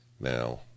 now